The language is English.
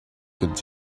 could